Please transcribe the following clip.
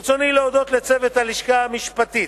ברצוני להודות לצוות הלשכה המשפטית,